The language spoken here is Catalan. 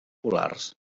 polars